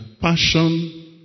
passion